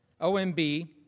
OMB